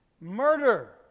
Murder